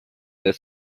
the